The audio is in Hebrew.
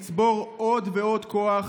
לצבור עוד ועוד כוח,